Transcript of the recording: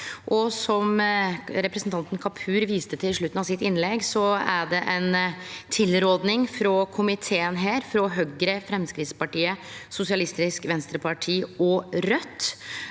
som representanten Kapur viste til i slutten av sitt innlegg, er det ei tilråding frå komiteen her frå Høgre, Framstegs partiet, Sosialistisk Venstreparti og Raudt.